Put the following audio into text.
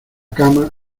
cama